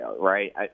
right